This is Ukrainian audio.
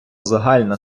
загальна